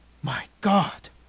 my god!